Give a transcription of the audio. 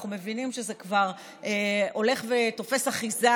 אנחנו מבינים שזה כבר הולך ותופס אחיזה,